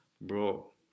bro